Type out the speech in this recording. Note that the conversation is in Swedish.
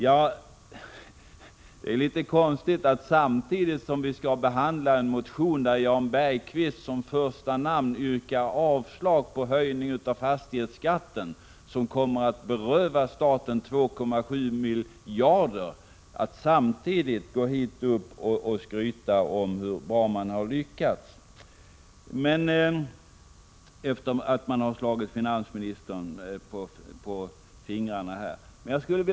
Detta är litet konstigt, eftersom vi samtidigt behandlar en motion med Jan Bergqvist som första namn, vari yrkas avslag på höjningen av fastighetsskatten, vilket berövar staten 2,7 miljarder. Det är märkligt att han samtidigt skryter med hur bra man har lyckats, efter att man slagit finansministern på fingrarna på detta sätt.